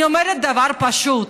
אני אומרת דבר פשוט: